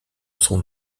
son